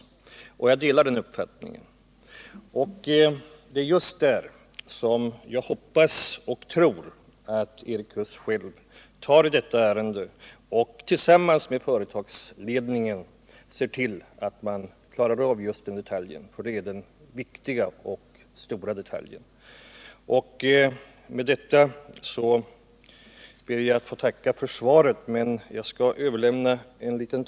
Jag delar den uppfattningen. Jag hoppas och tror att Erik Huss skall ta itu med detta ärende och att industriministern tillsammans med företagsledningen ser till att frågan om ägarstruktur och kapitalbas kan lösas, för det är det viktiga i sammanhanget. Jag skulle här vilja överlämna en tavla till industriministern.